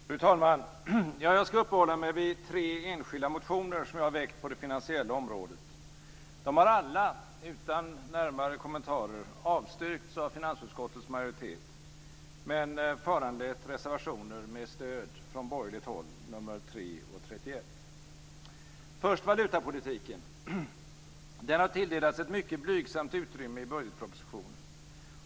Fru talman! Jag ska uppehålla mig vid tre enskilda motioner som jag har väckt på det finansiella området. De har alla utan närmare kommentarer avstyrkts av finansutskottets majoritet men föranlett reservationer med stöd från borgerligt håll, nr 3 och 31. Först valutapolitiken. Den har tilldelats ett mycket blygsamt utrymme i budgetpropositionen.